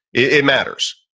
it matters,